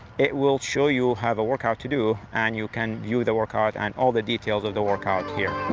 it will show you have a workout to do, and you can view the workout and all the details of the workout here.